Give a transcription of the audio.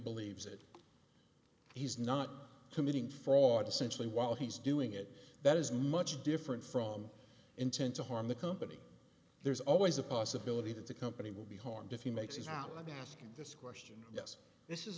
believes that he's not committing fraud essentially while he's doing it that is much different from intent to harm the company there's always a possibility that the company will be harmed if he makes is out let me ask you this question yes this is